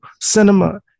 Cinema